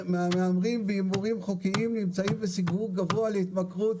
2% מהמהמרים בהימורים חוקיים נמצאים בסיכון גבוה להתמכרות.